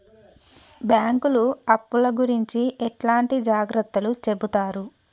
బ్యాంకులు అప్పుల గురించి ఎట్లాంటి జాగ్రత్తలు చెబుతరు?